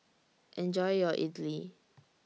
Enjoy your Idly